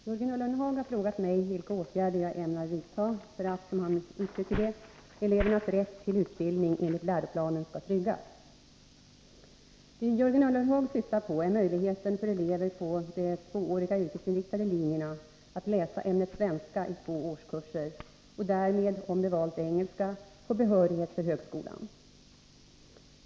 Herr talman! Jörgen Ullenhag har frågat mig vilka åtgärder jag ämnar vidta för att, som han uttrycker det, elevernas rätt till utbildning enligt läroplanen skall tryggas. Det Jörgen Ullenhag syftar på är möjligheten för elever på de tvååriga yrkesinriktade linjerna att läsa ämnet svenska i två årskurser och därmed —- om de valt engelska — få allmän behörighet för högskolan.